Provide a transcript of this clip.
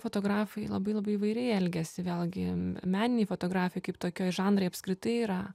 fotografai labai labai įvairiai elgiasi vėlgi meniniai fotografai kaip tokio žanrai apskritai yra